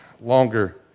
longer